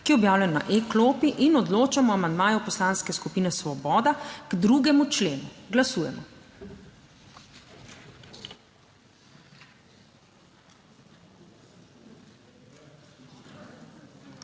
ki je objavljen na e-klopi. In odločamo o amandmaju Poslanske skupine Svoboda k 2. členu. Glasujemo.